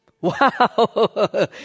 Wow